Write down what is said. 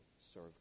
serve